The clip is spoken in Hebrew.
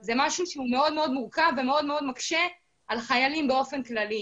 זה משהו שמאוד מורכב ומאוד מאוד מקשה על החיילים באופן כללי.